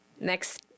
Next